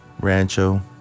Rancho